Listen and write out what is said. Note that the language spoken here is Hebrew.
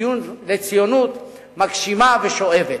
לציונות מגשימה ושואבת.